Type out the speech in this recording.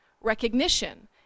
Recognition